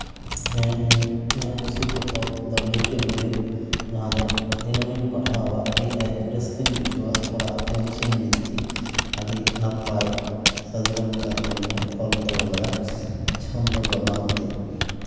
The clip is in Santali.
ᱦᱮᱸ ᱤᱧ ᱤᱧᱟᱹᱜ ᱠᱩᱥᱤ ᱯᱚᱛᱚᱵ ᱫᱚ ᱞᱤᱴᱟᱹ ᱜᱳᱰᱮᱛ ᱡᱟᱦᱟᱸ ᱫᱚ ᱫᱤᱱᱟᱹᱢ ᱤᱧ ᱯᱟᱲᱦᱟᱣᱟ ᱟᱹᱰᱤ ᱨᱟᱹᱥᱠᱟᱹᱧ ᱵᱩᱡᱷᱟᱹᱣᱟ ᱦᱚᱲᱟᱜ ᱡᱚᱢᱥᱤᱢ ᱵᱤᱱᱛᱤ ᱟᱹᱰᱤ ᱱᱟᱯᱟᱭ ᱥᱟᱹᱫᱷᱩ ᱨᱟᱢᱪᱟᱸᱫᱽ ᱢᱩᱨᱢᱩᱭ ᱚᱞ ᱛᱚᱞ ᱠᱟᱫᱟ ᱪᱷᱚᱱᱫᱚ ᱜᱟᱵᱟᱱ ᱛᱮ